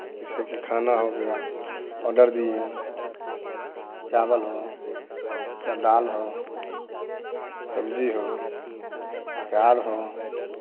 जैसे कि खाना हो गया ऑर्डर दिएँ चावल हो या दाल हो सब्ज़ी हो अचार हो